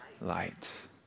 light